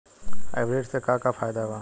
Hybrid से का का फायदा बा?